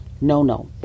no-no